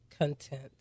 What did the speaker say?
content